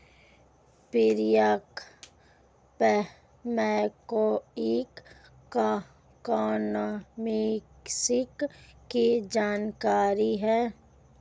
Priyanka macroeconomics की जानकार है